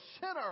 sinner